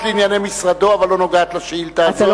לענייני משרדו אבל לא נוגעת לשאילתא הזאת.